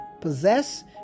possess